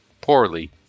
poorly